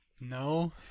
No